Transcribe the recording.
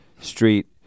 street